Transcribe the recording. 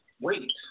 wait